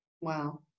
Wow